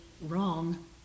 wrong